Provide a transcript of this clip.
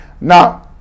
Now